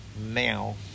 now